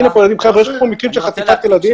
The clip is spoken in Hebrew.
חבר'ה, יש לי פה מקרים של חטיפת ילדים.